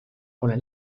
pole